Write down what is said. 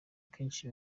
kenshi